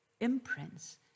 imprints